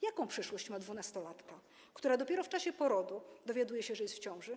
Jaką przyszłość ma dwunastolatka, która dopiero w czasie porodu dowiaduje się, że jest w ciąży?